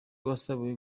wasabiwe